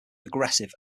aggressive